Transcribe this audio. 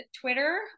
Twitter